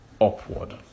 upward